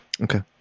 Okay